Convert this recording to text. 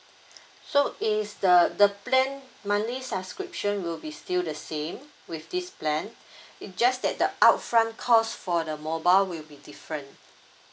so is the the plan monthly subscription will be still the same with this plan it just that the upfront cost for the mobile will be different